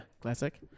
classic